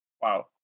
Wow